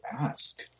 ask